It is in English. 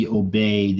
obey